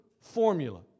formula